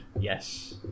Yes